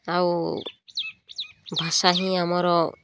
ଆଉ ଭାଷା ହିଁ ଆମର